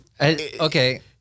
Okay